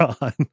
on